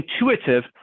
intuitive